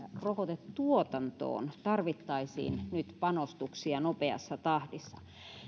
rokotetuotantoon tarvittaisiin nyt panostuksia nopeassa tahdissa